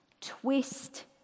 Twist